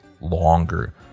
longer